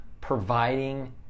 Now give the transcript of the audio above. providing